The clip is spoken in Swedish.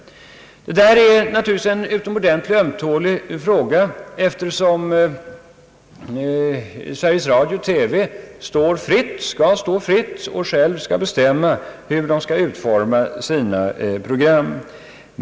Det där är naturligtvis en utomordentligt ömtålig fråga, eftersom Sveriges Radio och TV har frihet att bestämma hur de skall utforma sina program.